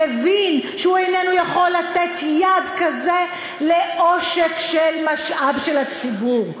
הבין שהוא איננו יכול לתת יד לעושק של משאב של הציבור.